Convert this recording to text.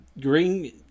green